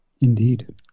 Indeed